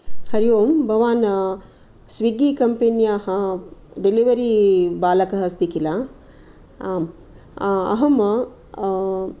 हरि ओं भवान् स्विग्गि कम्पन्याः डेलवरि बालकः अस्ति किल आम् अहं